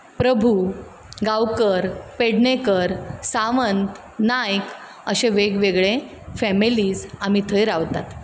प्रभु गांवकर पेडणेकर सावंत नायक अशे वेग वेगळे फॅमिलीज आमी थंय रावतात